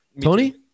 Tony